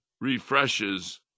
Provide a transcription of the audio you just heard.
refreshes